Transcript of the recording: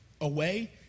away